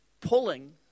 pulling